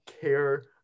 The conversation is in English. care